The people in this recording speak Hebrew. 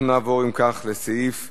בעד, 24,